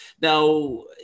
Now